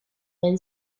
man